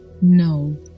No